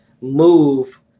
move